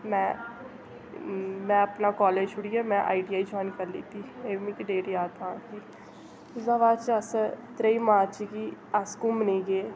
में में अपना कालेज छुड़ियै में आईटीआई जाइन करी लैती एह् डेट मिगी याद तां उसदा बाद च अस त्रेई मार्च गी अस घूमने गी गे